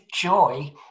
joy